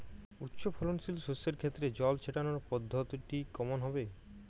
উচ্চফলনশীল শস্যের ক্ষেত্রে জল ছেটানোর পদ্ধতিটি কমন হবে?